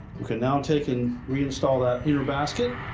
you can now take and reinstall that inner basket.